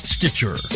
Stitcher